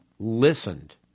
Listened